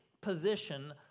position